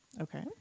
Okay